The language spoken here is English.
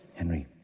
Henry